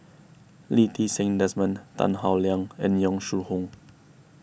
Lee Ti Seng Desmond Tan Howe Liang and Yong Shu Hoong